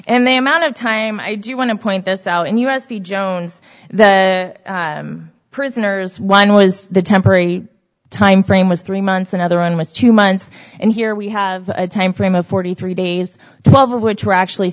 and they amount of time i do want to point this out and u s b jones the prisoners one was the temporary timeframe was three months another one was two months and here we have a timeframe of forty three days twelve of which were actually